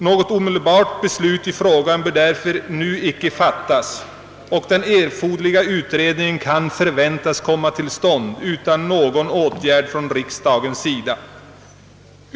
Något omedelbart beslut i frågan bör därför nu icke fattas och den erforderliga utredningen kan förväntas komma till stånd utan någon åtgärd från riksdagens sida.